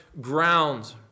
ground